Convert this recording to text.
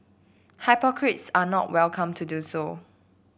hypocrites are not welcome to do so